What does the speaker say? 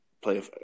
play